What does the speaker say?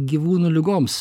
gyvūnų ligoms